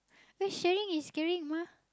well sharing is caring mah